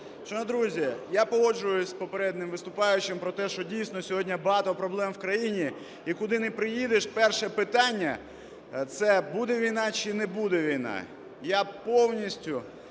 Шановні друзі, я погоджуюся з попереднім виступаючим про те, що дійсно сьогодні багато проблем у країні. І куди не приїдеш, перше питання - це буде війна чи не буде війни?